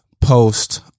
post